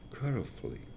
carefully